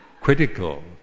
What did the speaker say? critical